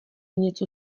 něco